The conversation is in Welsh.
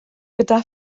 gyda